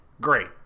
Great